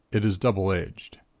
it is double-edged.